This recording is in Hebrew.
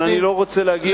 אבל אני לא רוצה להגיד,